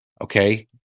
Okay